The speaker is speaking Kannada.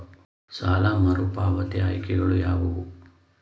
ಸಾಲ ಮರುಪಾವತಿ ಆಯ್ಕೆಗಳು ಯಾವುವು?